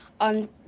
on